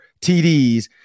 TDs